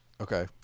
Okay